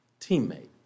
teammate